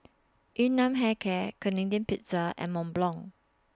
Yun Nam Hair Care Canadian Pizza and Mont Blanc